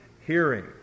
hearing